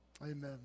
Amen